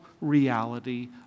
reality